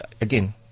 again